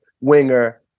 winger